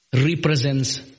represents